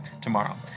tomorrow